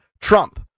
Trump